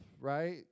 right